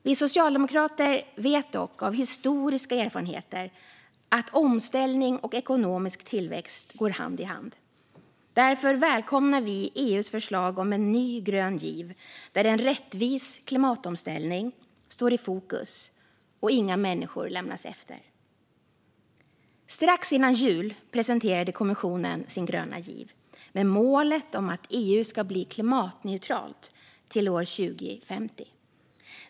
Vi socialdemokrater vet dock av historiska erfarenheter att omställning och ekonomisk tillväxt går hand i hand. Därför välkomnar vi EU:s förslag om en ny grön giv, där en rättvis klimatomställning står i fokus och inga människor lämnas efter. Strax före jul presenterade kommissionen sin gröna giv med målet om att EU ska bli klimatneutralt till 2050.